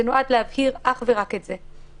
זה נועד להבהיר אך ורק את זה.